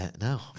No